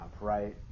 right